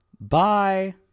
Bye